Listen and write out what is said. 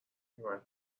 کمک